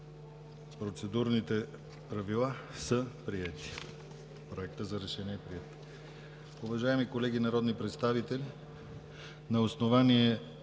Процедурните правила са приети. Проектът за решение е приет. Уважаеми колеги народни представители, на основание